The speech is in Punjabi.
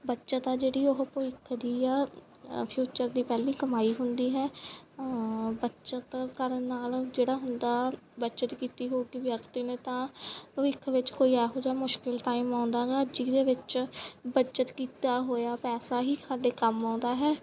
ਬੱਚਤ ਆ ਜਿਹੜੀ ਉਹ ਭਵਿੱਖ ਦੀ ਆ ਫਿਊਚਰ ਦੀ ਪਹਿਲੀ ਕਮਾਈ ਹੁੰਦੀ ਹੈ ਬੱਚਤ ਕਰਨ ਨਾਲ ਜਿਹੜਾ ਹੁੰਦਾ ਬੱਚਤ ਕੀਤੀ ਹੋਵੇਗੀ ਵਿਅਕਤੀ ਨੇ ਤਾਂ ਭਵਿੱਖ ਵਿੱਚ ਕੋਈ ਇਹੋ ਜਿਹਾ ਮੁਸ਼ਕਿਲ ਟਾਈਮ ਆਉਂਦਾ ਗਾ ਜਿਹਦੇ ਵਿੱਚ ਬੱਚਤ ਕੀਤਾ ਹੋਇਆ ਪੈਸਾ ਹੀ ਸਾਡੇ ਕੰਮ ਆਉਂਦਾ ਹੈ